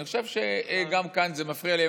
אני חושב שגם כאן זה מפריע לי.